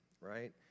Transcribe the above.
right